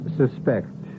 suspect